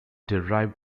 derived